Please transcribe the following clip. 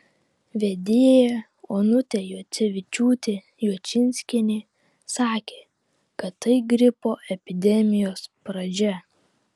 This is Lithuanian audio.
vedėja onutė juocevičiūtė juočinskienė sakė kad tai gripo epidemijos pradžia